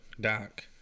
Doc